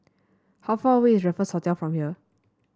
how far away is Raffles Hotel from here